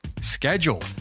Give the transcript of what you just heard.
schedule